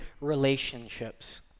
relationships